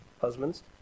husbands